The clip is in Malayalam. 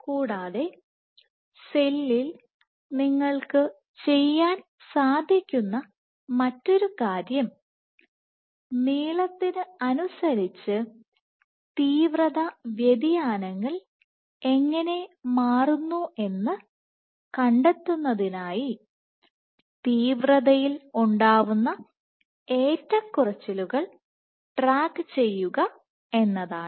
കൂടാതെ സെല്ലിൽ നിങ്ങൾക്ക് ചെയ്യാൻ സാധിക്കുന്ന മറ്റൊരു കാര്യം നീളത്തിന് അനുസരിച്ച് തീവ്രത വ്യതിയാനങ്ങൾ എങ്ങനെ മാറുന്നുവെന്ന് കണ്ടെത്തുന്നതിനായി തീവ്രതയിൽ ഉണ്ടാവുന്ന ഏറ്റക്കുറച്ചിലുകൾ ട്രാക്ക് ചെയ്യുക എന്നതാണ്